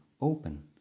open